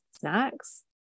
snacks